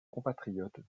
compatriote